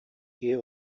киһи